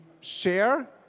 share